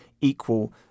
equal